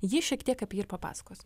ji šiek tiek apie jį papasakos